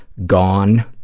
gone.